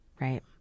right